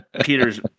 Peter's